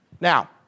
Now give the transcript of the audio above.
Now